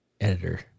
editor